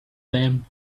them